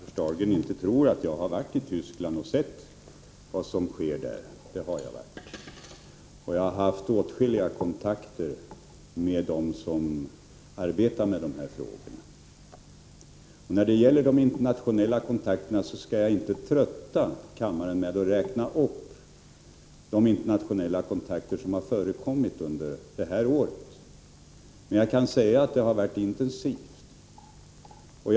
Herr talman! Jag får närmast intryck av att Anders Dahlgren inte tror att jag har varit i Västtyskland och sett vad som sker där. Det har jag varit, och jag har haft åtskilliga kontakter med dem som arbetar med de här frågorna. När det gäller de internationella kontakterna skall jag inte trötta kammarens ledamöter med att räkna upp vilka som har förekommit under detta år, men jag kan säga att det har varit intensiva kontakter.